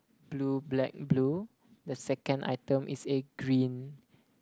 blue black blue the second item is a green